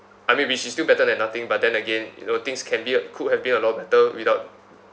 I mean which is still better than nothing but then again you know things can be a could have been a lot better without